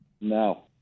No